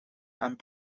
and